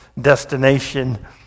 destination